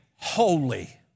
holy